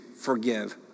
forgive